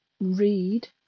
read